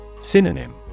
Synonym